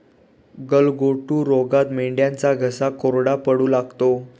गलघोटू रोगात मेंढ्यांचा घसा कोरडा पडू लागतो